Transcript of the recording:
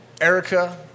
Erica